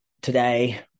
today